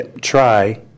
try